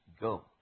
Go